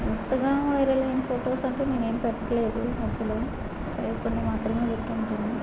కొత్తగా వైరల్ అయిన ఫొటోస్ అంటూ నేను ఏమీ పెట్టలేదు మధ్యలో ఏవో కొన్ని మాత్రమే పెట్టుకుంటాను